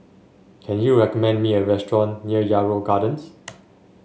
can you recommend me a restaurant near Yarrow Gardens